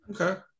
Okay